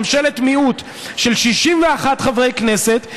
ממשלת מיעוט של 61 חברי כנסת,